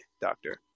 doctor